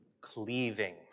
cleaving